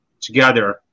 together